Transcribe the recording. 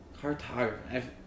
Cartography